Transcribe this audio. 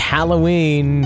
Halloween